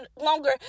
longer